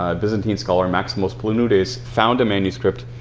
ah byzantine scholar maximus planudes found a manuscript